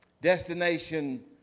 Destination